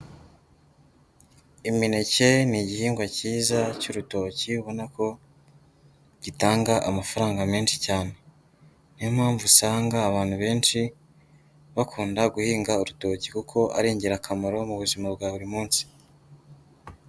Imineke ni igihingwa cyiza cy'urutoki ubona ko gitanga amafaranga menshi cyane, niyo mpamvu usanga abantu benshi bakunda guhinga urutoki kuko ari ingirakamaro mu buzima bwa buri munsi.